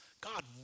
God